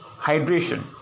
hydration